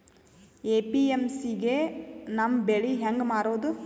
APMC ಗೆ ನಮ್ಮ ಬೆಳಿ ಹೆಂಗ ಮಾರೊದ?